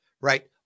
Right